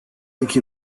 iki